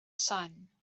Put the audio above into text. sun